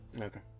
Okay